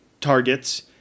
targets